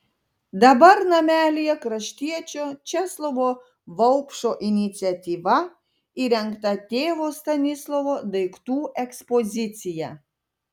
dabar namelyje kraštiečio česlovo vaupšo iniciatyva įrengta tėvo stanislovo daiktų ekspozicija